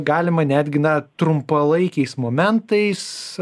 galima netgi na trumpalaikiais momentais